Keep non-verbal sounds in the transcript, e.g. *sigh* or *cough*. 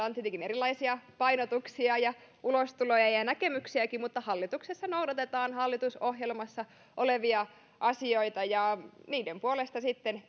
*unintelligible* on tietenkin erilaisia painotuksia ja ulostuloja ja ja näkemyksiäkin mutta hallituksessa noudatetaan hallitusohjelmassa olevia asioita ja niiden puolesta sitten *unintelligible*